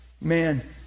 man